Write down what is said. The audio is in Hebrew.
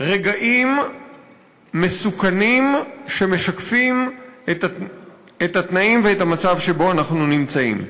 רגעים מסוכנים שמשקפים את התנאים ואת המצב שבהם אנחנו נמצאים.